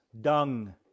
dung